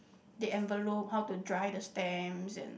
the envelope how to dry the stamp and